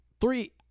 Three